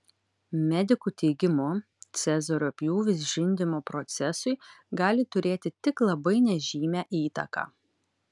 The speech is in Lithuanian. medikų teigimu cezario pjūvis žindymo procesui gali turėti tik labai nežymią įtaką